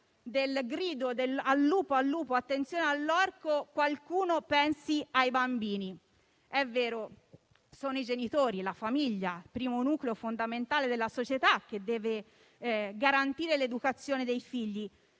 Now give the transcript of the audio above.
del grido «al lupo, al lupo, attenzione all'orco! Qualcuno pensi ai bambini». È vero, è la famiglia, il primo nucleo fondamentale della società, che deve garantire l'educazione dei figli;